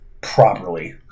properly